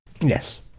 Yes